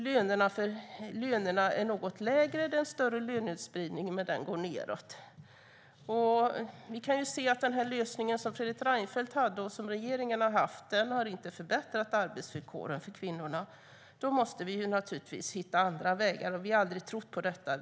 Lönerna är något lägre och lönespridningen större, men den går ned. Den lösning Fredrik Reinfeldt och regeringen har haft har inte förbättrat arbetsvillkoren för kvinnorna. Då måste vi naturligtvis hitta andra vägar. Vi har aldrig trott på detta.